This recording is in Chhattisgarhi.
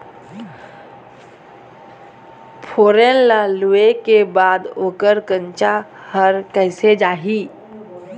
फोरन ला लुए के बाद ओकर कंनचा हर कैसे जाही?